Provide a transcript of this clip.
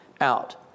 out